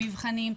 מבחנים,